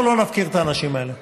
אנחנו לא נפקיר את האנשים האלה.